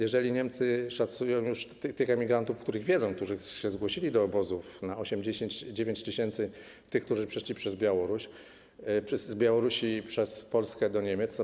Jeżeli Niemcy szacują liczbę emigrantów, o których wiedzą, którzy się zgłosili do obozów, na 8, 9, 10 tys. - tych, którzy przeszli przez Białoruś, a z Białorusi przez Polskę do Niemiec.